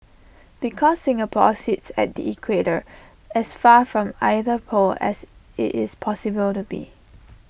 because Singapore sits at the equator as far from either pole as IT is possible to be